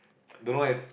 don't know eh